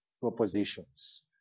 propositions